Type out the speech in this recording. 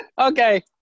Okay